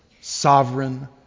sovereign